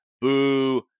Boo